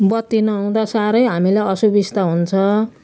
बत्ती नहुँदा साह्रै हामीलाई असुबिस्ता हुन्छ